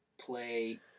play